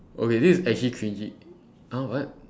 okay this is actually cringey !huh! what